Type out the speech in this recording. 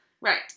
Right